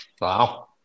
Wow